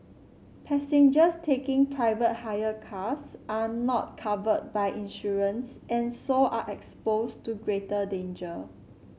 passengers taking private hire cars are not covered by insurance and so are exposed to greater danger